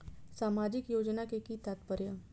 सामाजिक योजना के कि तात्पर्य?